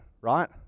right